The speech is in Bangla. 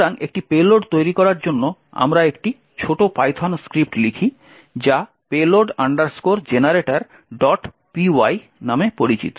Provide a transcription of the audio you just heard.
সুতরাং একটি পেলোড তৈরি করার জন্য আমরা একটি ছোট পাইথন স্ক্রিপ্ট লিখি যা payload generatorpy নামে পরিচিত